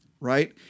right